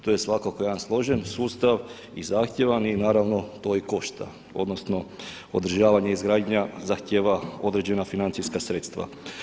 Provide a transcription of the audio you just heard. To je svakako jedan složeni sustav i zahtjevan i naravno to i košta, odnosno održavanje i izgradnja zahtjeva određena financijska sredstva.